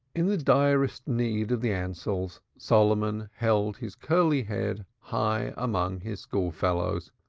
in the direst need of the ansells solomon held his curly head high among his school-fellows,